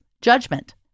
judgment